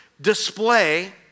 display